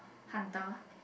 hunter